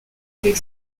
avec